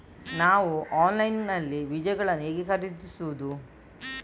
ನಾವು ಆನ್ಲೈನ್ ನಲ್ಲಿ ಬೀಜಗಳನ್ನು ಹೇಗೆ ಖರೀದಿಸುವುದು?